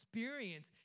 Experience